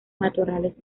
matorrales